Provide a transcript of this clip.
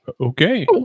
okay